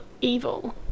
evil